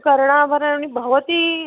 कर्णाभरणानि भवती